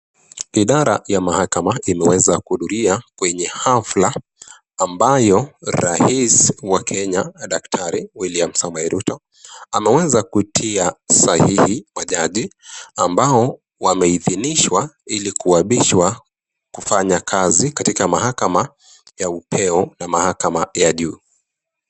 Idara ya mahakama imeweza kuhudhura kwenye hafla ambayo Rais wa Kenya, daktari William Samoei Ruto. Ameweza kutia sahihi kwa jadi ambayo wameidhinishwa ilikuapishwa kufanya kazi katika mahakama ya Upeo, na mahakama ya juu.